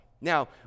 Now